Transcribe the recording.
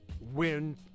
win